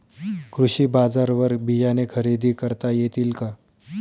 कृषी बाजारवर बियाणे खरेदी करता येतील का?